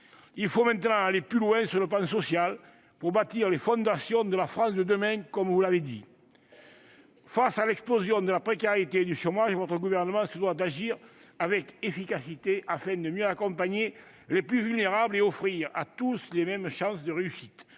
Il faut maintenant aller plus loin sur le plan social pour « bâtir les fondations de la France de demain », comme vous l'avez dit. Face à l'explosion de la précarité et du chômage, votre gouvernement se doit d'agir avec efficacité, afin de mieux accompagner les plus vulnérables et d'offrir, à tous, les mêmes chances de réussite.